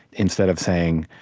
instead of saying,